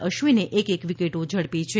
અશ્વિને એક એક વિકેટો ઝડપી છે